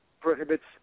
prohibits